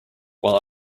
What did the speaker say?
while